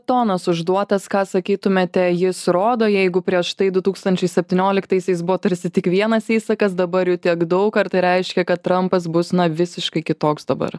tonas užduotas ką sakytumėte jis rodo jeigu prieš tai du tūkstančiai septynioliktaisiais buvo tarsi tik vienas įsakas dabar jų tiek daug ar tai reiškia kad trampas bus na visiškai kitoks dabar